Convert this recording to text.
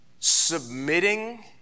submitting